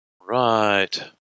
Right